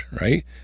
right